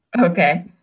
Okay